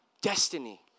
destiny